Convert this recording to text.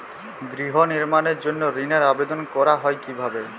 গৃহ নির্মাণের জন্য ঋণের আবেদন করা হয় কিভাবে?